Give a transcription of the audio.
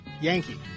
Yankee